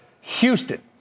Houston